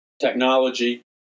technology